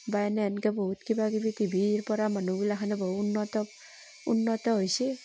বা এনেহেনকে বহুত কিবাকিবি টিভিৰ পৰা মানুহগিলাখানে বহু উন্নত উন্নত হৈছে